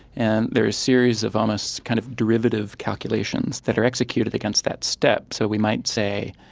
and they are a series of almost kind of directive calculations that are executed against that step. so we might say,